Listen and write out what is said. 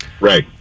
Right